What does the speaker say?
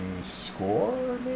Score